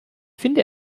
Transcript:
finde